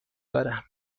دارم